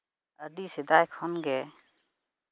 ᱟᱹᱰᱤ ᱥᱮᱫᱟᱭ ᱠᱷᱚᱱᱜᱮ